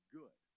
good